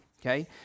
okay